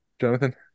Jonathan